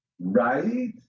right